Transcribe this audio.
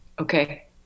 okay